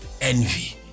envy